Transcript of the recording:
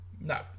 no